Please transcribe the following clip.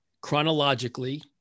chronologically